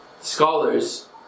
scholars